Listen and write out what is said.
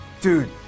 dude